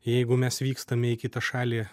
jeigu mes vykstame į kitą šalį